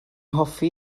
hoffi